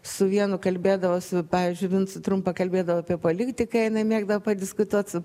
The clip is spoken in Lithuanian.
su vienu kalbėdavosi pavyzdžiui vincu trumpa kalbėdavo apie politiką jinai mėgdavo padiskutuot su